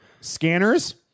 Scanners